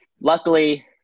luckily